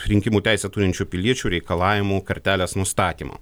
rinkimų teisę turinčių piliečių reikalavimų kartelės nustatymo